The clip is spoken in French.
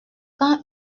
quand